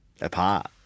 apart